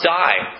die